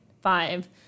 Five